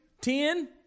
ten